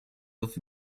off